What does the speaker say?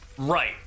right